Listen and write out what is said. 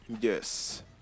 Yes